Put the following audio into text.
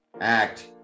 Act